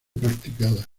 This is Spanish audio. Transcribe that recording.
practicada